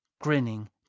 grinning